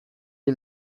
hil